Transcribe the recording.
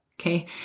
Okay